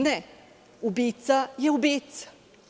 Ne, ubica je ubica.